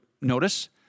notice